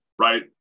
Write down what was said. right